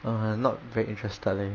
uh not very interested leh